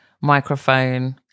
microphone